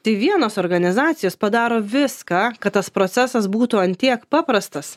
tai vienos organizacijos padaro viską kad tas procesas būtų ant tiek paprastas